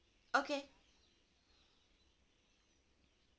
okay